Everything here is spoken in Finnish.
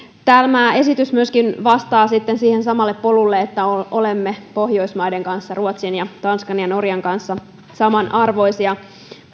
tämä esitys myöskin vastaa sitten siihen samalle polulle että olemme pohjoismaiden kanssa ruotsin ja tanskan ja norjan kanssa samanarvoisia